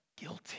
guilty